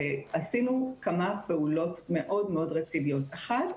ועשינו כמה פעולות מאוד מאוד רציניות: אחד,